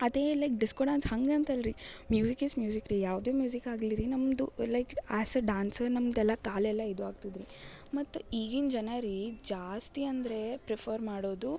ಅದೇ like disco dance ಹಂಗಂತಲ್ಲ ರೀ ಮ್ಯೂಸಿಕ್ ಇಸ್ ಮ್ಯೂಸಿಕ್ ರೀ ಯಾವುದೇ ಮ್ಯೂಸಿಕ್ ಆಗಲಿ ರೀ ನಮ್ಮದು ಲೈಕ್ ಆ್ಯಸ್ ಆ ಡಾನ್ಸರ್ ನಮ್ದೆಲ್ಲ ಕಾಲೆಲ್ಲ ಇದು ಆಗ್ತದ್ರಿ ಮತ್ತು ಈಗಿನ ಜನ ರೀ ಜಾಸ್ತಿ ಅಂದರೆ ಪ್ರಿಫರ್ ಮಾಡೋದು